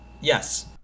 Yes